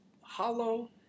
hollow